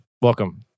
Welcome